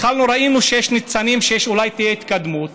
ראינו שיש ניצנים ושאולי תהיה התקדמות,